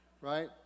right